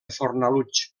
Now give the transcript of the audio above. fornalutx